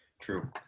True